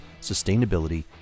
sustainability